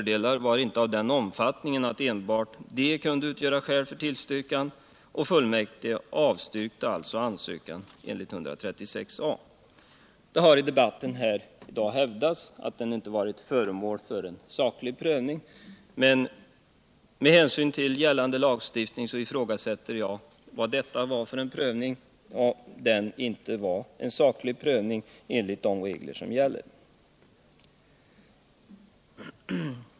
Det har i debatten här i dag hävdats att ansökan inte varit föremål för en = saklig prövning enligt gällande lagstiftning. Jag undrar vad detta var för sorts prövning, om det inte var en saklig prövning enligt de regler som gäller.